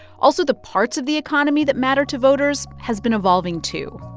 also, the parts of the economy that matter to voters has been evolving too.